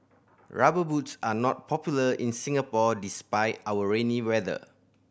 Rubber Boots are not popular in Singapore despite our rainy weather